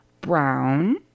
brown